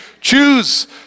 choose